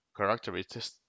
characteristics